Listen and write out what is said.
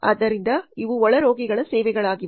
ಆದ್ದರಿಂದ ಇವು ಒಳರೋಗಿಗಳ ಸೇವೆಗಳಾಗಿವೆ